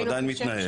הוא עדיין מתנהל.